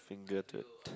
twinkle to it